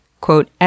quote